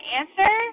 answer